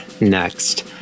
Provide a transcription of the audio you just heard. next